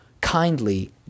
kindly